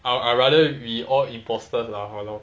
I rather we all imposters lah hor lor